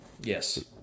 Yes